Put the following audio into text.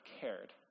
cared